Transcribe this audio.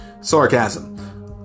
Sarcasm